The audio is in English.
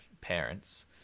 parents